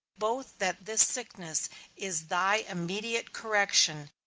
both that this sickness is thy immediate correction,